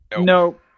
No